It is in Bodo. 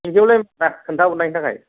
थेंक इउ आदा खोन्थाहरनायनि थाखाय